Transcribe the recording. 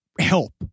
help